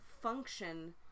function